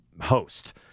host